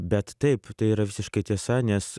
bet taip tai yra visiškai tiesa nes